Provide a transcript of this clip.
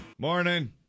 Morning